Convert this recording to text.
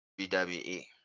wwe